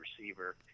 receiver